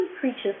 preaches